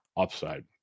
upside